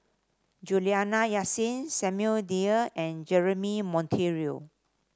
Juliana Yasin Samuel Dyer and Jeremy Monteiro